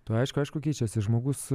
tai aišku aišku keičiasi žmogus